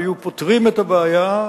היו פותרים את הבעיה,